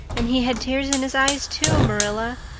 and he had tears in his eyes too, marilla.